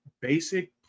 basic